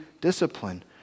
discipline